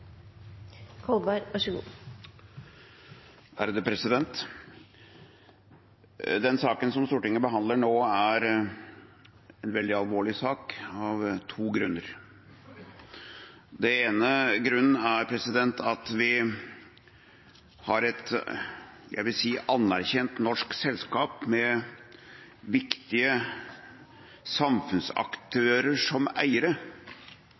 en veldig alvorlig sak av to grunner. Den ene grunnen er at vi har et – jeg vil si – anerkjent norsk selskap med viktige samfunnsaktører som eiere